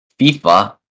FIFA